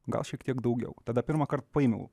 gal šiek tiek daugiau tada pirmąkart paėmiau